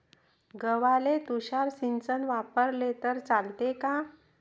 गव्हाले तुषार सिंचन वापरले तर चालते का?